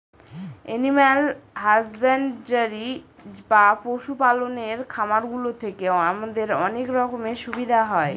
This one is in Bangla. এনিম্যাল হাসব্যান্ডরি বা পশু পালনের খামার গুলো থেকে আমাদের অনেক রকমের সুবিধা হয়